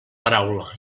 paraula